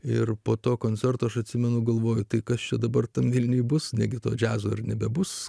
ir po to koncerto aš atsimenu galvoju tai kas čia dabar tam vilniuje bus negi to džiazo ir nebebus